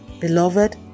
Beloved